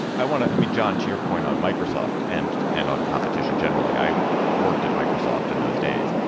i want to i mean, john, to your point on microsoft and and on competition generally, i worked at microsoft in those days,